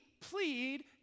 plead